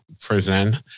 Prison